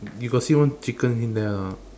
you got see one chicken in there or not